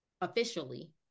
officially